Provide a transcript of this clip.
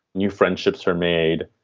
new friendships are made.